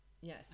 Yes